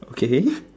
okay